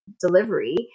delivery